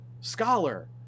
Scholar